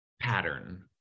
pattern